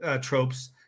tropes